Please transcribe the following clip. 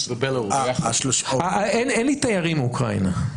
אין לי תיירים מאוקראינה.